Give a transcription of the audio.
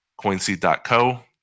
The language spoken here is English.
CoinSeed.co